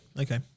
okay